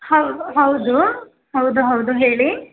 ಹೌದು ಹೌದು ಹೌದು ಹೌದು ಹೇಳಿ